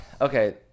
Okay